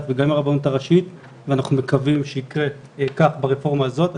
וגם עם הרבנות הראשית ואנחנו מקווים שיקרה כך ברפורמה הזאת.